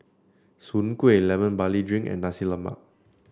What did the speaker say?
Soon Kueh Lemon Barley Drink and Nasi Lemak